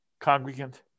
congregant